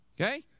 Okay